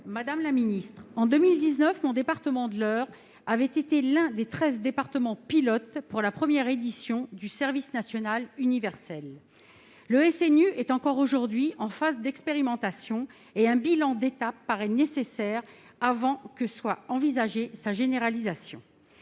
Madame la secrétaire d'État, en 2019, mon département de l'Eure avait été l'un des treize départements pilotes pour la première édition du service national universel, le SNU. Le SNU est encore aujourd'hui en phase d'expérimentation, et un bilan d'étape paraît nécessaire avant d'envisager sa généralisation.